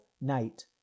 night